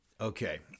Okay